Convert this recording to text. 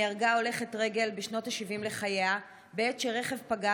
נהרגה הולכת רגל בשנות השבעים לחייה בעת שרכב פגע